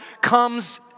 comes